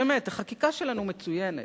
באמת, החקיקה שלנו מצוינת.